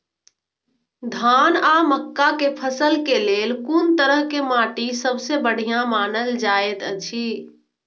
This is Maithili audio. धान आ मक्का के फसल के लेल कुन तरह के माटी सबसे बढ़िया मानल जाऐत अछि?